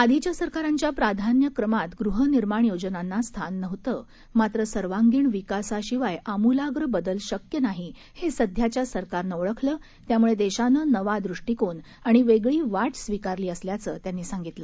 आधीच्यासरकारांच्याप्राधान्यक्रमातगृहनिर्माणयोजनांनास्थाननव्हतं मात्रसर्वांगिणविकासाशिवायआमूलाग्रबदलशक्यनाहीहेसध्याच्यासरकारनंओळखलं त्यामुळेदेशानंनवादृष्टिकोनआणिवेगळीवाटस्वीकारलीअसल्याचंत्यांनीसांगितलं